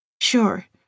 Sure